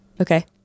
Okay